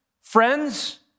friends